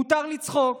מותר לצחוק,